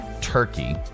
turkey